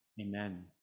Amen